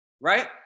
right